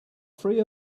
free